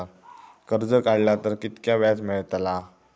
कर्ज काडला तर कीतक्या व्याज मेळतला?